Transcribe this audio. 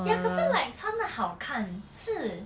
ya 可是 like 穿的好看是